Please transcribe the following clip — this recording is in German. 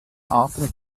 arten